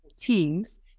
Teams